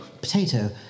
Potato